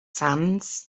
sands